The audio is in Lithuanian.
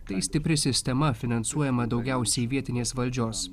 tai stipri sistema finansuojama daugiausiai vietinės valdžios